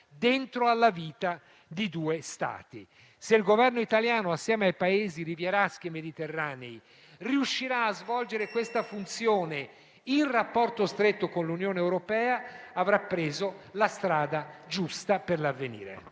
nella vita di due Stati. Se il Governo italiano, insieme ai Paesi rivieraschi e mediterranei, riuscirà a svolgere questa funzione, in rapporto stretto con l'Unione europea, avrà preso la strada giusta per l'avvenire.